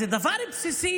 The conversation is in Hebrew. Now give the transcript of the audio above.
זה דבר בסיסי,